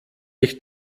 ich